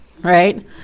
right